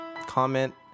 comment